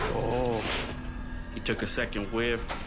oh he took a second whiff.